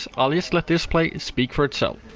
i'll just let this play speak for itself.